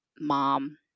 mom